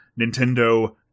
Nintendo